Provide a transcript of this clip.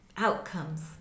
Outcomes